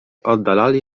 oddalali